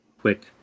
quick